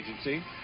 Agency